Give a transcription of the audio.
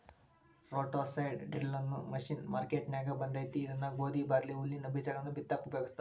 roto seed drill ಅನ್ನೋ machine ಮಾರ್ಕೆನ್ಯಾಗ ಬಂದೇತಿ ಇದನ್ನ ಗೋಧಿ, ಬಾರ್ಲಿ, ಹುಲ್ಲಿನ ಬೇಜಗಳನ್ನ ಬಿತ್ತಾಕ ಉಪಯೋಗಸ್ತಾರ